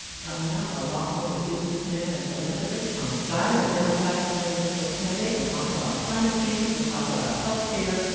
coming up, a lot more with businessman and philanthropist tom steyer, a democratic presidential candidate. we'll talk about climate change, we'll talk about health care,